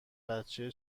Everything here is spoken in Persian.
بچه